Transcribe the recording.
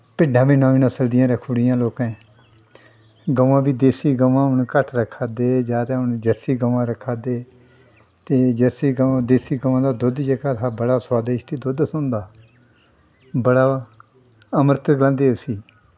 भिडां बी नमीं नसल दियां रक्खी ओड़ी दियां लोकें गवां बी देस्सी गवां हून घट्ट रक्खा दे जैदा जरसी गवां रक्खा दे ते जरसी गवां देस्सी गवें दा दुद्ध जेह्ड़ा बड़ा स्वादिश्ट थ्होंदा बड़ा अमरत गलांदे उस्सी